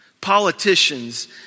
Politicians